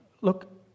look